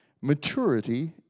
maturity